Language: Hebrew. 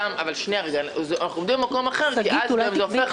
אנחנו עומדים במקום אחר כי אז זה הופך